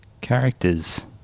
characters